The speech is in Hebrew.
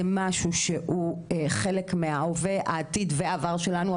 משהו שהוא חלק מההווה העתיד והעבר שלנו,